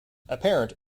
apparent